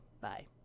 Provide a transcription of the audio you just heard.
bye